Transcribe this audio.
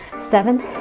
seven